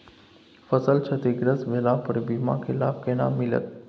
फसल क्षतिग्रस्त भेला पर बीमा के लाभ केना मिलत?